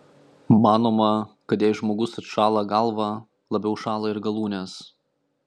manoma kad jei žmogus atšąla galvą labiau šąla ir galūnės